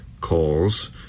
calls